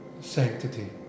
sanctity